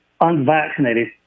unvaccinated